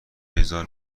بذار